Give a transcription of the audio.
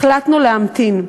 החלטנו להמתין.